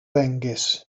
ddengys